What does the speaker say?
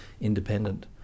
independent